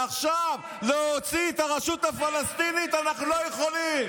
עכשיו להוציא את הרשות הפלסטינית אנחנו לא יכולים.